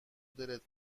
دلت